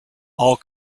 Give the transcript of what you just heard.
all